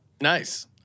nice